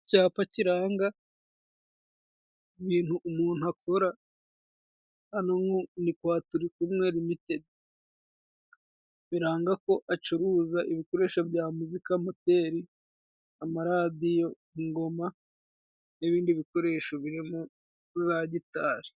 Icyapa kiranga ibintu umuntu akora. Hano ni kwa Turikumwe limitedi. Biranga ko acuruza ibikoresho bya muzika: Moteri, amaradiyo n'ibindi bikoresho birimo za gitari.